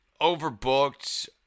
overbooked